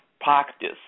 practice